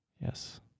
yes